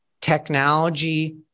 technology